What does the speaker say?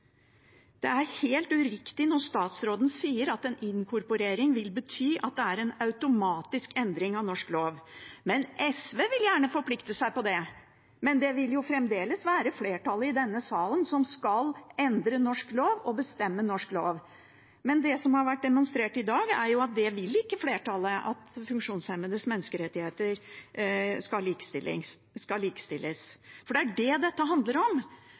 Det er helt uriktig når statsråden sier at en inkorporering vil bety at det er en automatisk endring av norsk lov. SV vil gjerne forplikte seg på det, men det vil fremdeles være flertallet i denne salen som skal endre norsk lov og bestemme norsk lov. Det som har vært demonstrert i dag, er at flertallet ikke vil at funksjonshemmedes menneskerettigheter skal likestilles. For det er det dette handler om,